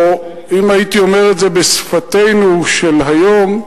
או אם הייתי אומר את זה בשפתנו, של היום,